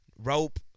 Rope